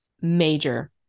major